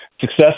success